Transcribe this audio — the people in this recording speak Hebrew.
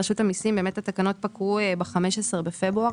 אכן התקנות פקעו ב-15 בפברואר.